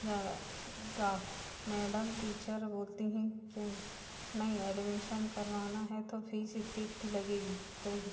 ज़्यादा madam teacher बोलती हैं कि नई एडमीशन करवाना है तो फ़ीस इतनी इतनी लगेगी तो ही